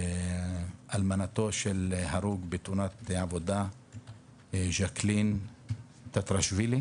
אלמנתו של הרוג בתאונת עבודה ז'קלין טטרשווילי